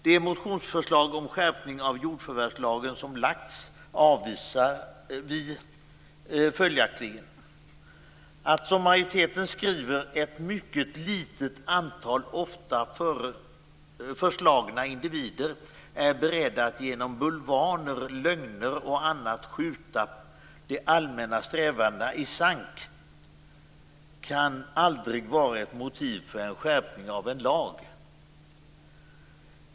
De motionsförslag om skärpning av jordförvärvslagen som har lagts fram avvisar vi följaktligen. Att som majoriteten skriver: "Ett mycket litet antal, ofta förslagna individer är beredda att genom bulvaner, lögner och annat skjuta de allmänna strävandena i sank" kan aldrig vara ett motiv för en skärpning av en lag.